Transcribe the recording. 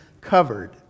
covered